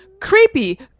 Creepy